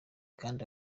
kandi